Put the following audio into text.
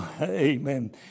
amen